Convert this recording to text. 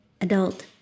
Adult